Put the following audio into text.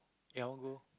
ya I want go